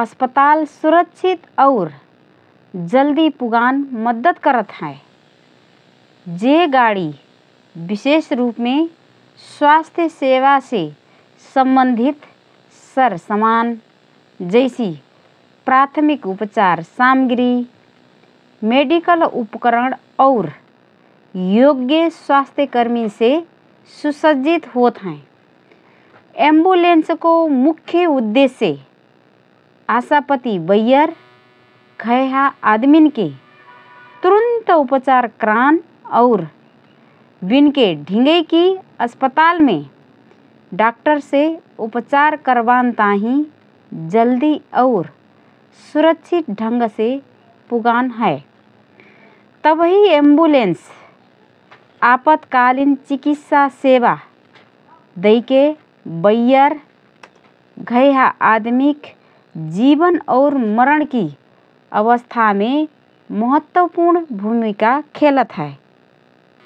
अस्पताल सुरक्षित और जल्दी पुगान मद्दत करत हए । जे गाडी विशेष रूपमे स्वास्थ्य सेवासे सम्बन्धित सरसामान जैसि: प्राथमिक उपचार सामग्री, मेडिकल उपकरण और योग्य स्वास्थ्यकर्मीसे सुसज्जित होतहएँ । एम्बुलेन्सको मुख्य उद्देश्य आसापती बैयर, घैहा आदमिनके तुरन्त उपचार करान और बिनके ढिगइँकी अस्पतालमे डाक्टरसे उपचार करबान ताहिँ जल्दी और सुरक्षित ढंगसे पुगान हए । तबही एम्बुलेन्स आपतकालीन चिकित्सा सेवा दैके बैयर, घैहा आदमिक जीवन और मरणकी अवस्थामे महत्वपूर्ण भूमिका खेलत हए ।